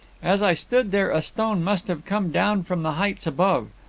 as i stood there a stone must have come down from the heights above.